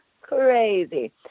crazy